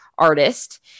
Artist